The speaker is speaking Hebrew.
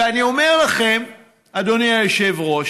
ואני אומר לכם, אדוני היושב-ראש,